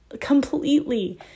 completely